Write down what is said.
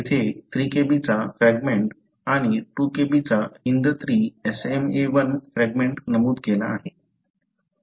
येथे 3Kb चा fragment आणि 2 Kb चा HindIII SmaI फ्रॅगमेंट नमूद केला आहे